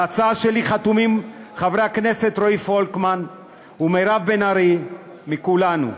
על ההצעה שלי חתומים חברי הכנסת רועי פולקמן ומירב בן ארי מכולנו,